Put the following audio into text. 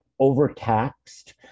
overtaxed